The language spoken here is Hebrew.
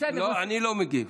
אני לא מגיב.